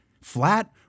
flat